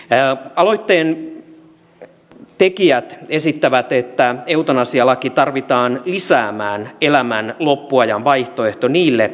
aloitteen tekijät esittävät että eutanasialaki tarvitaan lisäämään elämän loppuajan vaihtoehto niille